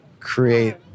create